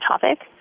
topic